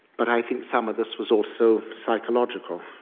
but i think some of this was also psychological.